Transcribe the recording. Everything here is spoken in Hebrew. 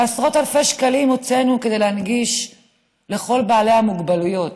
ועשרות אלפי שקלים הוצאנו כדי להנגיש לכל בעלי המוגבלויות,